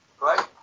right